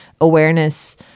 awareness